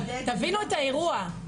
תבינו את האירוע,